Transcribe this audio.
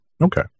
Okay